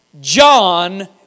John